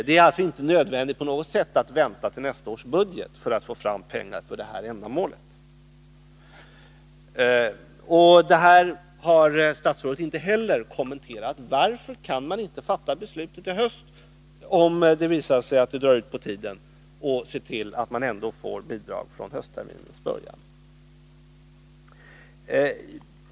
Det är alltså inte på något sätt nödvändigt att vänta till nästa års budget för att få fram pengar för det här ändamålet. Detta har statsrådet inte heller kommenterat. Varför kan man inte fatta beslutet i höst, om det visar sig att det drar ut på tiden, och se till att man får bidrag från höstterminens början?